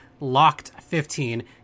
LOCKED15